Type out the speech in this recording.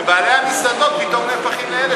ובעלי המסעדות פתאום נהפכים לאלה,